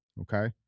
okay